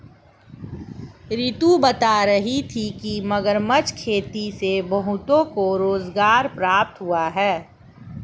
रितु बता रही थी कि मगरमच्छ खेती से बहुतों को रोजगार प्राप्त हुआ है